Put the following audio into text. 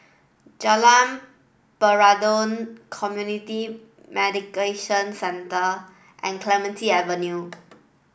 Jalan Peradun Community Mediation Centre and Clementi Avenue